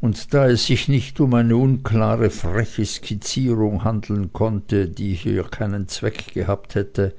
und da es sich nicht um eine unklare freche skizzierung handeln konnte die hier keinen zweck gehabt hätte